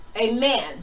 Amen